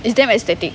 it's damn aesthetic